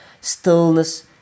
stillness